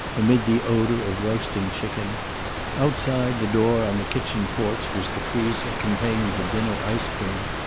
amid the odor of roasting chicken outside the door on the kitchen porch was the freezer containing the dinner ice-cream.